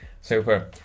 Super